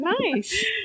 nice